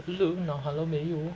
hello hello 好了没有